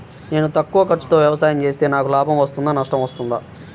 నేను తక్కువ ఖర్చుతో వ్యవసాయం చేస్తే నాకు లాభం వస్తుందా నష్టం వస్తుందా?